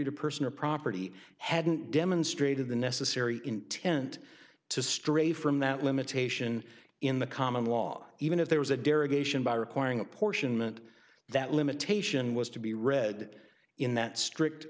to person or property hadn't demonstrated the necessary intent to stray from that limitation in the common law even if there was a derogation by requiring apportionment that limitation was to be read in that strict